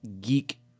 geek